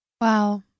Wow